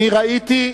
אני ראיתי,